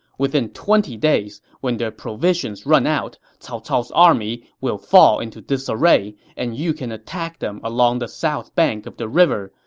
within twenty days, when their provisions run out, cao cao's army will fall into disarray, and you can attack them along the south bank of the river,